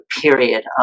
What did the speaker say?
period